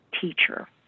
teacher